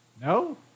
no